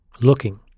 looking